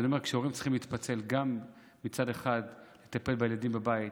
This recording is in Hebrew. כשהורים צריכים להתפצל, מצד אחד לטפל בילדים בבית